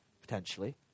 potentially